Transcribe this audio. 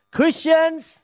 Christians